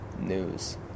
news